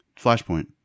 Flashpoint